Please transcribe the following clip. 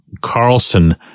Carlson